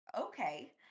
okay